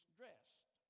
dressed